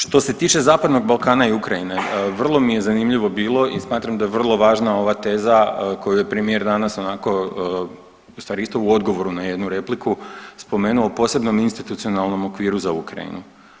Što se tiče Zapadnog Balkana i Ukrajine, vrlo mi je zanimljivo bilo i smatram da je vrlo važna ova teza koju je premijer danas onako u stvari isto u odgovoru na jednu repliku spomenuo o posebnom institucionalnom okviru za Ukrajinu.